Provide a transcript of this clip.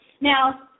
Now